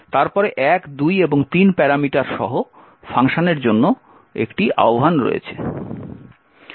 তারপরে 1 2 এবং 3 প্যারামিটার সহ ফাংশনের জন্য একটি আহ্বান রয়েছে